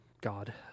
god